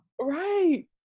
right